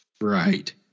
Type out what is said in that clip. Right